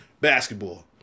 basketball